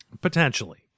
Potentially